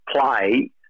play